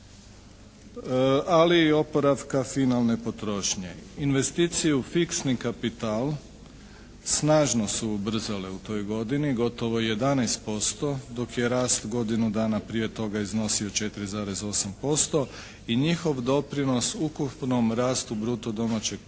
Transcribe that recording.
ali i oporavka finalne potrošnje. Investiciju fiksni kapital snažno su ubrzale u toj godini, gotovo 11%, dok je rast godinu dana prije toga iznosio 4,8% i njihov doprinos ukupnom rastu bruto domaćeg proizvoda